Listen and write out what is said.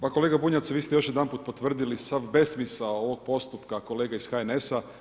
Pa kolega Bunjac, vi ste još jedanput potvrdili sav besmisao ovog postupka kolega iz HNS-a.